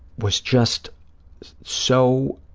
was just so,